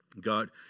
God